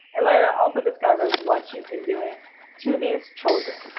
and lyra also discovers what she's been doing to these children.